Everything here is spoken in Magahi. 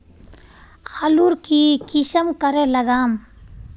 आलूर की किसम करे लागम?